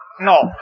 No